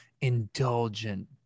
indulgent